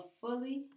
fully